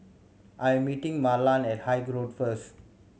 I'm meeting Marland at Haig Road first